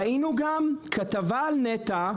ראינו גם כתבה על נת"ע,